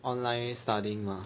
online studying mah